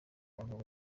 bagabo